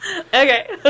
Okay